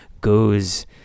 goes